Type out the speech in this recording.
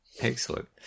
Excellent